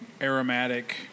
aromatic